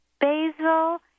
basil